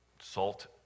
Salt